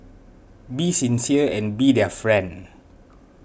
be sincere and be their friend